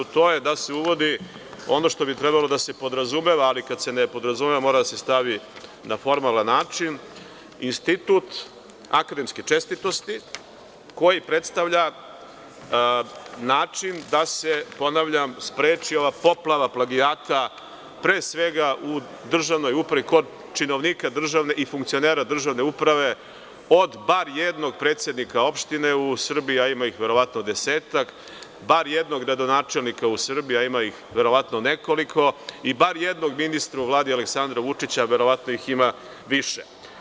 To je da se uvodi ono što bi trebalo da se podrazumeva, ali kada se ne podrazumeva mora da se stavi na formalan način – Institut akademske čestitosti koji predstavlja način da se, ponavljam, spreči ova poplava plagijata, pre svega u državnoj upravi kod činovnika i funkcionera državne uprave, od bar jednog predsednika opštine u Srbiji, a ima ih verovatno desetak, bar jednog gradonačelnika u Srbiji, a ima ih verovatno nekoliko, i bar jednog ministra u Vladi Aleksandra Vučića, a verovatno ih ima više.